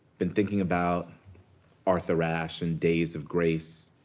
been thinking about arthur ashe, and days of grace.